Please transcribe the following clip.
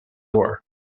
war